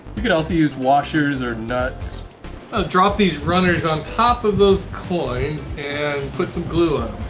you could also use washers or nuts. i'll drop these runners on top of those coins and put some glue